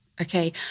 Okay